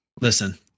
Listen